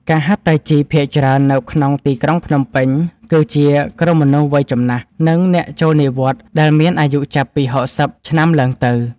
អ្នកហាត់តៃជីភាគច្រើននៅក្នុងទីក្រុងភ្នំពេញ គឺជាក្រុមមនុស្សវ័យចំណាស់ និងអ្នកចូលនិវត្តន៍ ដែលមានអាយុចាប់ពី ៦០ ឆ្នាំឡើងទៅ។